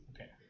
Okay